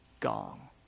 gong